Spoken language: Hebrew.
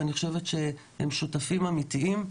אני חושבת שהם שותפים אמיתיים.